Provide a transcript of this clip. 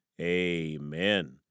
amen